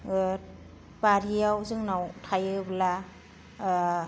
बारिआव जोंनाव थायोब्ला